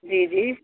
जी जी